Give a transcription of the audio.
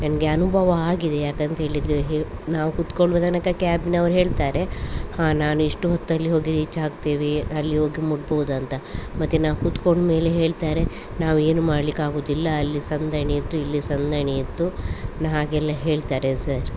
ನನಗೆ ಅನುಭವ ಆಗಿದೆ ಯಾಕಂತೇಳಿದರೆ ಹೇ ನಾವು ಕುತ್ಕೊಳ್ಳುವ ತನಕ ಕ್ಯಾಬ್ನವರು ಹೇಳ್ತಾರೆ ಹಾಂ ನಾನು ಇಷ್ಟು ಹೊತ್ತಲ್ಲಿ ಹೋಗಿ ರೀಚಾಗ್ತೇವೆ ಅಲ್ಲಿ ಹೋಗಿ ಮುಟ್ಬೋದು ಅಂತ ಮತ್ತು ನಾವು ಕುತ್ಕೊಂಡಮೇಲೆ ಹೇಳ್ತಾರೆ ನಾವೇನು ಮಾಡ್ಲಿಕ್ಕಾಗೋದಿಲ್ಲ ಅಲ್ಲಿ ಸಂದಣಿ ಇತ್ತು ಇಲ್ಲಿ ಸಂದಣಿ ಇತ್ತು ನ ಹಾಗೆಲ್ಲ ಹೇಳ್ತಾರೆ ಸರ್